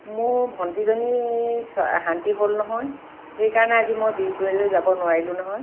মোৰ ভন্টীজনীৰ চোৱা শান্তি হ'ল নহয় সেইকাৰণে আজি মই বিহপুৰীয়ালৈ যাব নোৱাৰিলোঁ নহয়